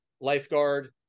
lifeguard